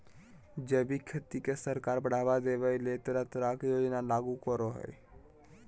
जैविक खेती के सरकार बढ़ाबा देबय ले तरह तरह के योजना लागू करई हई